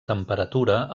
temperatura